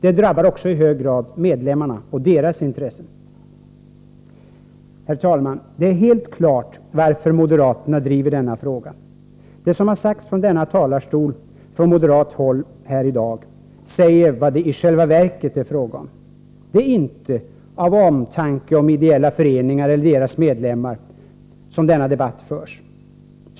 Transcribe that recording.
Det drabbar i hög grad medlemmarna och deras intressen. Herr talman! Det är helt klart varför moderaterna driver denna fråga. Det som i dag har sagts från moderat håll i denna talarstol visar vad det i själva verket är fråga om. Det är inte av omtanke av ideella föreningar eller deras medlemmar som denna debatt förs.